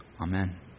Amen